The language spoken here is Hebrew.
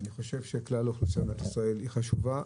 כלל האוכלוסייה במדינת ישראל חשובה,